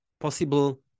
possible